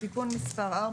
תיקון מס' 4,